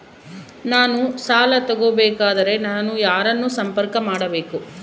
ನಾನು ಸಾಲ ತಗೋಬೇಕಾದರೆ ನಾನು ಯಾರನ್ನು ಸಂಪರ್ಕ ಮಾಡಬೇಕು?